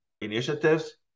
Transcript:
initiatives